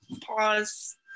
pause